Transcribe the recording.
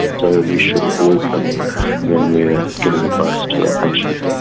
so we should avoid them when we are giving advice to our patients.